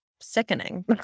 sickening